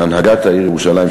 והנהגת העיר ירושלים,